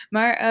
Maar